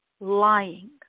lying